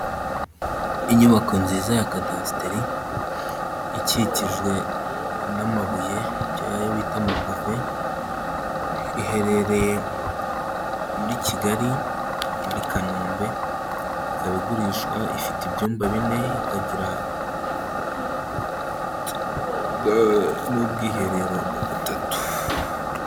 Inyubako nziza ya kadasiteri ikikijwe n'amabuye ayo bita mapave iherereye muri Kigali muri Kanombe, ikaba igurishwa ifite ibyumba bine, ikagira n'ubwiherero butatu.